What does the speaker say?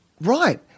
Right